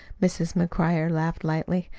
mrs. mcguire laughed lightly.